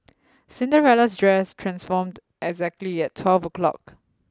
Cinderella's dress transformed exactly at twelve o'clock